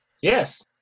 Yes